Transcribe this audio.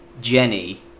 Jenny